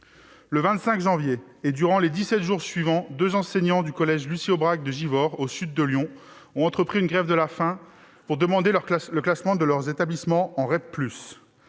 Le 25 janvier dernier, et durant les dix-sept jours suivants, deux enseignants du collège Lucie-Aubrac de Givors, au sud de Lyon, ont entrepris une grève de la faim pour demander le classement de leur établissement en REP